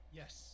yes